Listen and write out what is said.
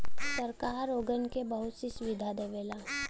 सरकार ओगन के बहुत सी सुविधा देवला